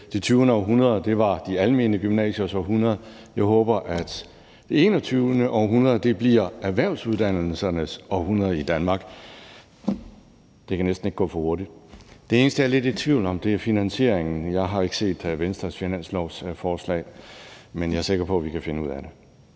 Det 20. århundrede var de almene gymnasiers århundrede. Jeg håber, at det 21. århundrede bliver erhvervsuddannelsernes århundrede i Danmark, og det kan næsten ikke gå for hurtigt. Det eneste, jeg er lidt i tvivl om, er finansieringen. Jeg har ikke set Venstres finanslovsforslag, men jeg er sikker på, at vi kan finde ud af det.